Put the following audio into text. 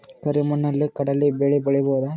ಕರಿ ಮಣ್ಣಲಿ ಕಡಲಿ ಬೆಳಿ ಬೋದ?